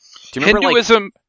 Hinduism